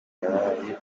yaraye